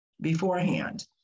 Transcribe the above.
beforehand